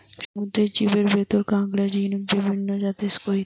সমুদ্রের জীবের ভিতরে কাকড়া, ঝিনুক, বিভিন্ন জাতের স্কুইড,